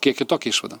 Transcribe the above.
kiek kitokią išvadą